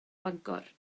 bangor